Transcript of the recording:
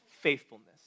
faithfulness